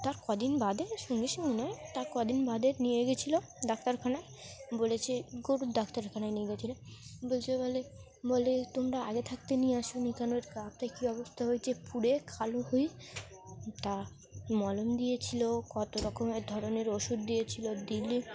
তার কদিন বাদে সঙ্গে সঙ্গে নয় তার কদিন বাদে নিয়ে গিয়েছিল ডাক্তারখানায় বলেছে গরুর ডাক্তারখানায় নিয়ে গিয়েছিল বলছে বলে বলে তোমরা আগে থাকতে নিয়ে আসোনি কেন এর গা হাত পায়ে কী অবস্থা হয়েছে পুড়ে কালো হয়ে তা মলম দিয়েছিল কত রকমের ধরনের ওষুধ দিয়েছিল দিলে